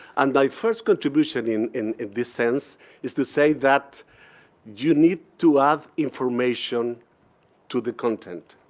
and my first contribution in in this sense is to say that you need to have information to the content.